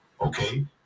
okay